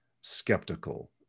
skeptical